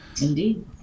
indeed